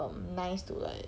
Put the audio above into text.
um nice to like